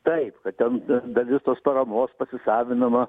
taip kad ten dalis tos paramos pasisavinama